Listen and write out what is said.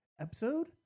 episode